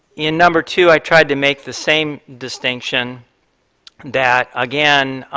in number two, i tried to make the same distinction that, again,